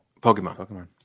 Pokemon